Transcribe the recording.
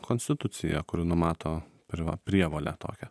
konstitucija kuri numato pirva prievolę tokią